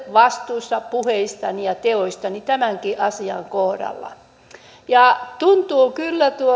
vastuussa puheistaan ja teoistaan tämänkin asian kohdalla tuntuu kyllä